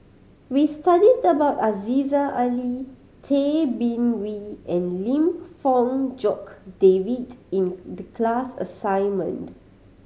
we studied about Aziza Ali Tay Bin Wee and Lim Fong Jock David in the class assignment